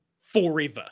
forever